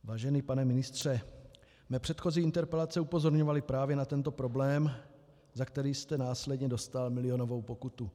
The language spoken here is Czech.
Vážený pane ministře, mé předchozí interpelace upozorňovaly právě na tento problém, za který jste následně dostal milionovou pokutu.